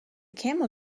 camel